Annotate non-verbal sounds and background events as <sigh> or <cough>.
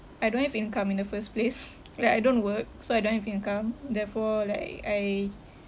I don't have income in the first place <laughs> like I don't work so I don't have income therefore like I